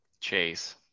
Chase